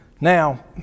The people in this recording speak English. Now